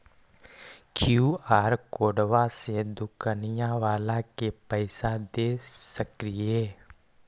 QR कोडबा से दुकनिया बाला के पैसा दे सक्रिय?